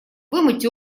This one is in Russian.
вымыть